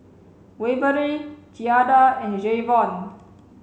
Waverly Giada and Jayvon